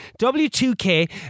W2K